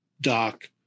Doc